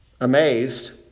Amazed